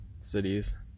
cities